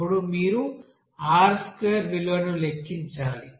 అప్పుడు మీరు R2 విలువను లెక్కించాలి